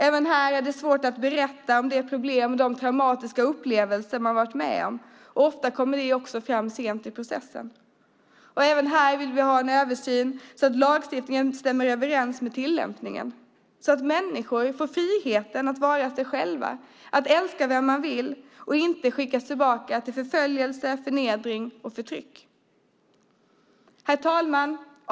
Även här är det svårt att berätta om de problem och de traumatiska upplevelser man varit med om, och ofta kommer det också fram sent i processen. Även här vill vi ha en översyn så att lagstiftningen stämmer överens med tillämpningen, så att människor får friheten att vara sig själva och älska den man vill och inte skickas tillbaka till förföljelse, förnedring och förtryck. Herr talman!